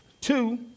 Two